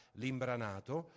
l'imbranato